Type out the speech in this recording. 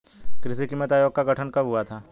कृषि कीमत आयोग का गठन कब हुआ था?